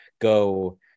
go